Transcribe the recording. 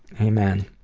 amen.